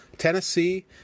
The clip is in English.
Tennessee